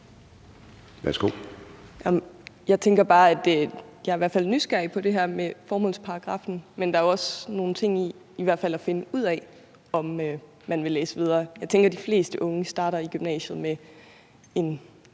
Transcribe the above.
nysgerrig på det her med formålsparagraffen. Men der er også nogle ting i det at finde ud af, om man vil læse videre. Jeg tænker, de fleste unge starter i gymnasiet med en